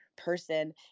person